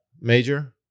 major